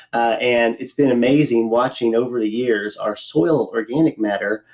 ah and it's been amazing watching over the years our soil organic matter,